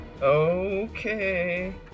Okay